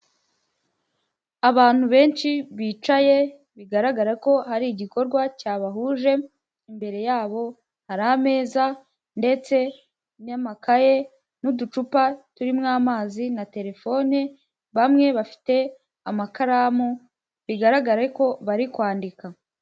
Abantu benshi bicaye bigaragara ko hari igikorwa cyabahuje, imbere yabo hari ameza ndetse n'amakaye n'uducupa turimo amazi na telefone, bamwe bafite amakaramu bigaragare ko bari kwandika.